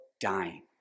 dying